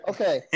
Okay